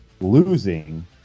losing